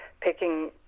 picking